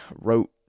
wrote